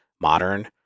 modern